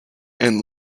and